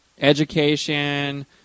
education